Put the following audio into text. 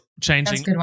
changing